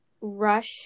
rush